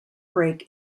break